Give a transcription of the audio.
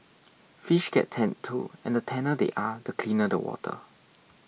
fish get tanned too and the tanner they are the cleaner the water